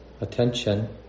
attention